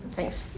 Thanks